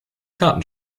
karten